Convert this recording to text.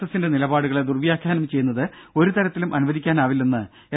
എസിന്റെ നിലപാടുകളെ ദുർവ്യാഖ്യാനം ചെയ്യുന്നത് ഒരു തരത്തിലും അനുവദിക്കാനാ വില്ലെന്ന് എൻ